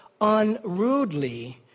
unrudely